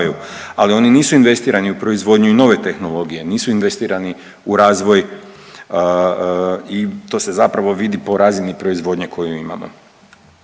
Ali oni nisu investirani u proizvodnju i nove tehnologije. Nisu investirani u razvoj i to se zapravo vidi po razini proizvodnje koju imamo.